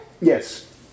Yes